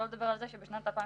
שלא לדבר על זה שבשנת 2018,